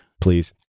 Please